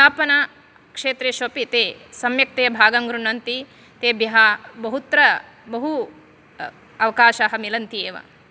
अध्यापनक्षेत्रेषु अपि ते सम्यक्तया भागं गृह्णन्ति तेभ्यः बहुत्र बहु अवकाशाः मिलन्ति एव